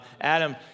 Adam